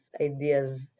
ideas